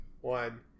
one